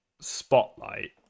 spotlight